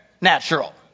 natural